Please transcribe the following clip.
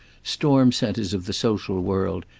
storm centers of the social world,